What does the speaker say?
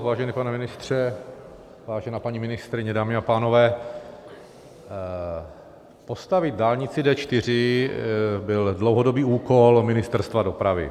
Vážený pane ministře, vážená paní ministryně, dámy a pánové, postavit dálnici D4 byl dlouhodobý úkol Ministerstva dopravy.